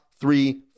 three